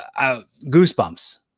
goosebumps